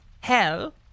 hell